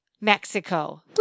Mexico